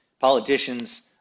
politicians